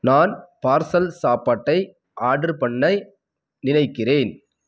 நான் பார்சல் சாப்பாட்டை ஆர்ட்ரு பண்ண நினைக்கிறேன்